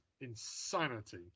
insanity